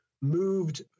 moved